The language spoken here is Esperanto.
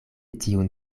tiun